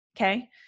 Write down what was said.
Okay